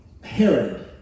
Herod